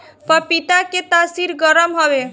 पपीता के तासीर गरम हवे